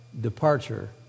departure